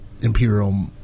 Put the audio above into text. imperial